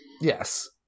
Yes